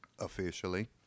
officially